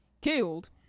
killed